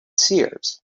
seers